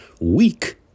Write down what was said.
weak